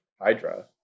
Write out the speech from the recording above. hydra